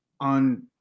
on